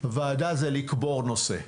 ועדה זה לקבור נושא.